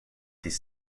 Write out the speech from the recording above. these